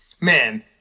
Man